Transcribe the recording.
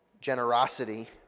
generosity